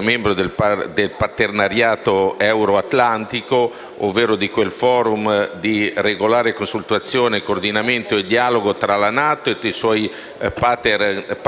membro del partenariato euro-atlantico, ovvero di quel *forum* di regolare consultazione, coordinamento e dialogo tra la NATO e i suoi *partner*